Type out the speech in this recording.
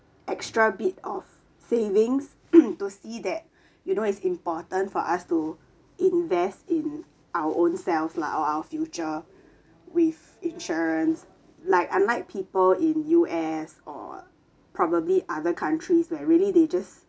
extra bit of savings to see that you know it's important for us to invest in our ownselves lah or our future with insurance like unlike people in U_S or probably other countries were really they just